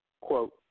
Quote